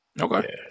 Okay